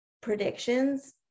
predictions